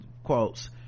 quotes